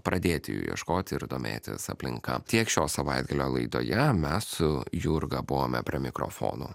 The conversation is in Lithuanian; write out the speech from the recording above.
pradėti ieškoti ir domėtis aplinka tiek šio savaitgalio laidoje mes su jurga buvome prie mikrofono